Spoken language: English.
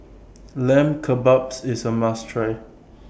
Lamb Kebabs IS A must Try